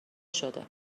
شده